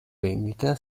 vendita